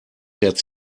fährt